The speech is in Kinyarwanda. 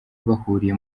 bahuriye